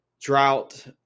drought